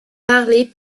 parlez